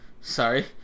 sorry